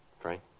Frank